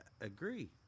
Agree